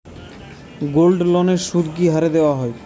গোল্ডলোনের সুদ কি হারে দেওয়া হয়?